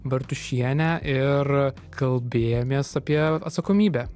bartušienė ir kalbėjomės apie atsakomybę